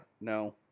No